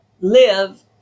live